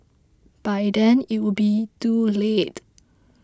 by then it would be too late